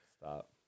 Stop